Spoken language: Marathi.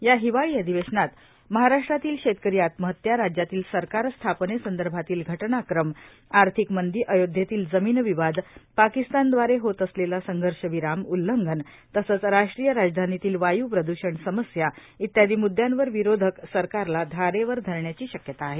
या हिवाळी अधिवेशनात महाराष्ट्रातील शेतकरी आत्महत्या राज्यातील सरकार स्थापने संदर्भातील घटनाक्रम आर्थिक मंदी अयोध्येतील जमीन विवाद पाकिस्तान द्वारे होत असलेले संघर्ष विराम उल्लंघन तसंच राष्ट्रीय राजधानीतील वायू प्रदूषण समस्या इत्यादी मुदयांवर विरोधक सरकारला धारेवर धरण्याची शक्यता आहे